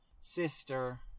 sister